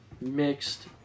mixed